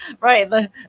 Right